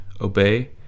obey